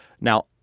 Now